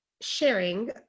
sharing